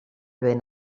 vent